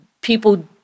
people